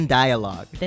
dialogue